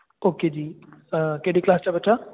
okay ਜੀ ਕਿਹੜੀ class 'ਚ ਹੈ ਬੱਚਾ